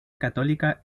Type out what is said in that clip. católica